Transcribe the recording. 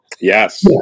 Yes